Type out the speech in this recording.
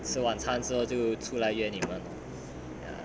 吃晚餐之后就出来约你们 lor ya